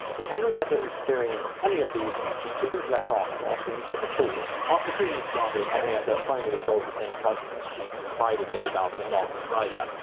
if henrietta experienced any of these, she didn't let on or seem sick. after treatments started, henrietta finally told the same cousins she confided in about the knot inside her.